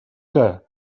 que